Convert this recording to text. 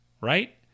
right